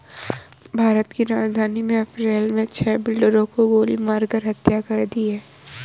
भारत की राजधानी में अप्रैल मे छह बिल्डरों की गोली मारकर हत्या कर दी है